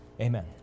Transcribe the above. Amen